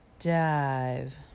Dive